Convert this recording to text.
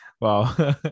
Wow